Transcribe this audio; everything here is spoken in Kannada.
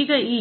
ಈಗ ಈ